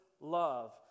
love